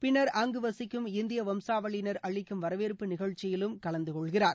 பின்னர் அங்கு வசிக்கம் இந்திய வம்சாவளியினர் அளிக்கும் வரவேற்பு நிகழ்ச்சியிலும் கலந்தகொள்கிறார்